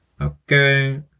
Okay